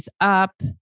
up